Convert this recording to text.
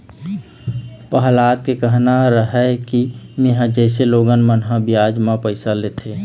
पहलाद के कहना रहय कि मेंहा जइसे लोगन मन ह बियाज म पइसा लेथे,